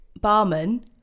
barman